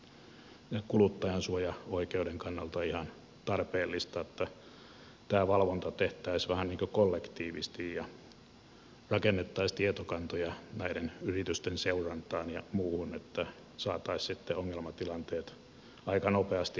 se olisi kansalaisten näkemys ja kuluttajansuojaoikeuden kannalta ihan tarpeellista että tämä valvonta tehtäisiin vähän niin kuin kollektiivisesti ja rakennettaisiin tietokantoja näiden yritysten seurantaan ja muuhun että saataisiin sitten ongelmatilanteet aika nopeasti esille